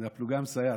הפלוגה המסייעת.